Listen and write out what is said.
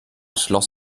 schloss